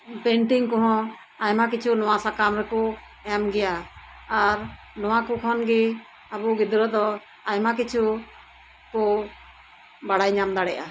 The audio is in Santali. ᱯᱮᱱᱴᱤᱝ ᱠᱚᱦᱚᱸ ᱟᱭᱢᱟ ᱠᱤᱪᱷᱩ ᱱᱚᱣᱟ ᱥᱟᱠᱟᱢ ᱨᱮᱠᱩ ᱮᱢᱜᱮᱭᱟ ᱟᱨ ᱱᱚᱣᱟᱠᱩ ᱠᱷᱚᱱ ᱜᱤ ᱟᱵᱩ ᱜᱤᱫᱽᱨᱟᱹ ᱫᱚ ᱟᱭᱢᱟ ᱠᱤᱪᱷᱩ ᱠᱩ ᱵᱟᱲᱟᱭ ᱧᱟᱢ ᱫᱟᱲᱤᱭᱟᱜᱼᱟ